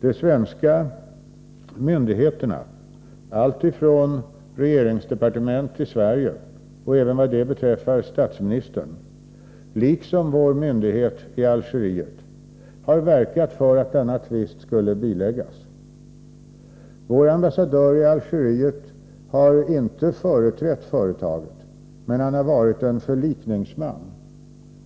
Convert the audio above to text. De svenska myndigheterna, alltifrån regeringsdepartement i Sverige — och, vad det beträffar, även statsministern — till vår myndighet i Algeriet, har verkat för att denna tvist skulle biläggas. Vår ambassadör i Algeriet har inte företrätt företaget, men han har varit en förlikningsman mellan